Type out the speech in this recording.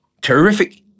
Terrific